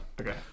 okay